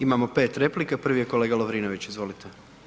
Imamo pet replika, prvi je kolega Lovrinović, izvolite.